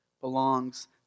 belongs